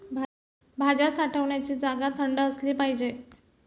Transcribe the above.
भाज्या साठवण्याची जागा थंड असली पाहिजे